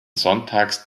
sonntags